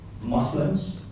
Muslims